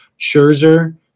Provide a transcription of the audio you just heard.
Scherzer